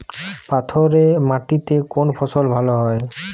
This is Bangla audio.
পাথরে মাটিতে কোন ফসল ভালো হয়?